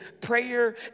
prayer